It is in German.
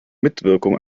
mitwirkung